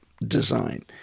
design